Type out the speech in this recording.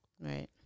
Right